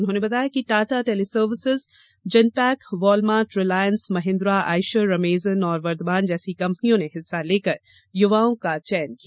उन्होंने बताया कि Tata teleservices Genpact Walmart Reliance Mahindra Eicher Amazon और वर्धमान जैसी कंपनियों ने हिस्सा लेकर युवाओं को चयनित किया